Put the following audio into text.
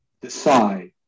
decide